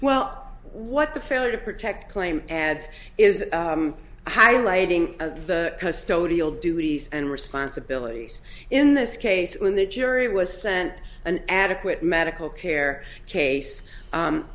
well what the failure to protect claim adds is highlighting the whole duties and responsibilities in this case when the jury was sent an adequate medical care case